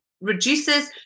reduces